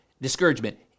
discouragement